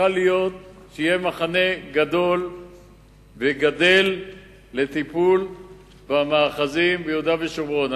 צריכה להיות שיהיה מחנה גדול וגדל לטיפול במאחזים ביהודה ושומרון.